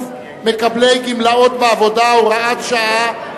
מקבלי גמלאות בעבודה (הוראת שעה),